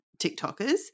TikTokers